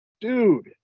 dude